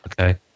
okay